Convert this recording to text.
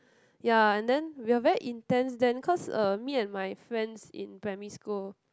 ya and then we are very intense then cause Uh me and my friends in primary school